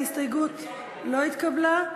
ההסתייגות לא התקבלה.